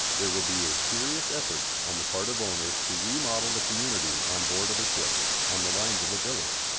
there will be a serious effort on the part of owners to remodel the community on board of a ship on the lines of a village.